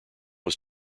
was